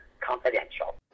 Confidential